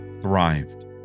thrived